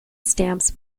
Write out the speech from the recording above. stamps